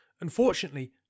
Unfortunately